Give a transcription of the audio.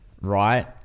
right